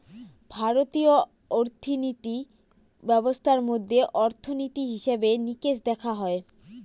ভারতীয় অর্থিনীতি ব্যবস্থার মধ্যে অর্থনীতি, হিসেবে নিকেশ দেখা হয়